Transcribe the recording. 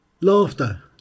laughter